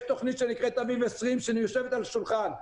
יש תכנית שנקראת "אביב 20" שיושבת על השולחן.